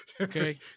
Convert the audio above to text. Okay